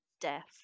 death